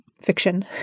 fiction